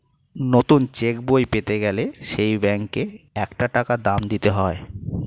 নতুন চেক বই পেতে গেলে সেই ব্যাংকে একটা টাকা দাম দিতে হয়